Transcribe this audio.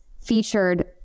featured